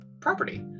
property